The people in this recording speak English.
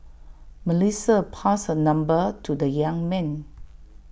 Melissa passed her number to the young man